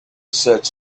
set